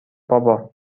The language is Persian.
بابا